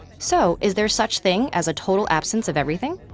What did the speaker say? so is there such thing as a total absence of everything?